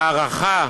ההערכה,